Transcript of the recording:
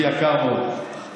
יהודי יקר מאוד.